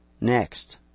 next